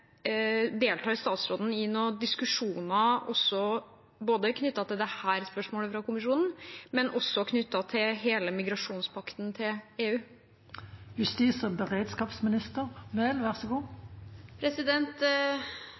Deltar statsråden i diskusjoner, både knyttet til dette spørsmålet fra Kommisjonen og til hele migrasjonspakten til EU? Norge har flere internasjonale samarbeid knyttet til migrasjon og